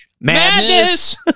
madness